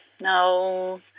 No